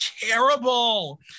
terrible